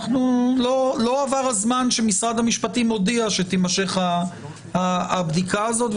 לא עבר הזמן שמשרד המשפטים הודיע שתימשך הבדיקה הזאת.